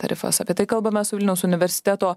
tarifas apie tai kalbame su vilniaus universiteto